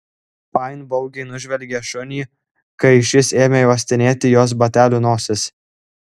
fain baugiai nužvelgė šunį kai šis ėmė uostinėti jos batelių nosis